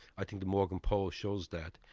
i think the morgan poll shows that.